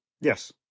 yes